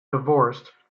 divorced